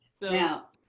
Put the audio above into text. Now